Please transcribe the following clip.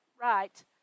right